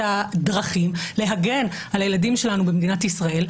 הדרכים להגן על הילדים שלנו במדינת ישראל,